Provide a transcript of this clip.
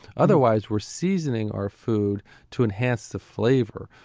otherwise we're seasoning our food to enhance the flavor,